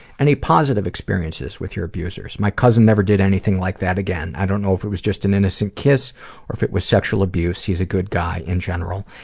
any positive experiences with your abusers? my cousin never did anything like that again. i don't know if it was just an innocent kiss or if it was sexual abuse. he's a good guy in general.